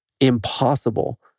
impossible